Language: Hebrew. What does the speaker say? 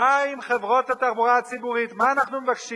באה עם חברות התחבורה הציבורית, מה אנחנו מבקשים?